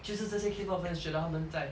就是这些 K pop fans 觉得他们在